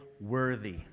Worthy